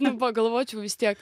nepagalvočiau vis tiek